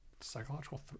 psychological